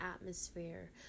atmosphere